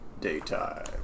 Daytime